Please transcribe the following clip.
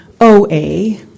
OA